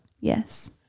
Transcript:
Yes